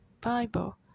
Bible